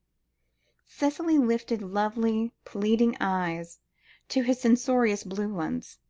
cicely lifted lovely pleading eyes to his censorious blue ones.